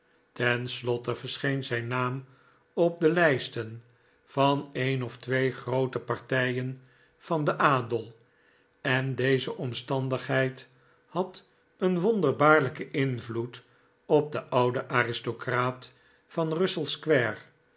slotte verscheen zijn naam op de lijsten van een of twee groote partijen van den adel en deze omstandigheid had een wonderbaarlijken invloed op den ouden aristocraat van russell square